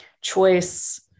choice